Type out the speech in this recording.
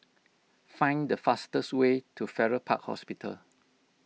find the fastest way to Farrer Park Hospital